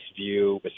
view